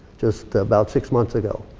just about six months ago.